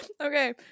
Okay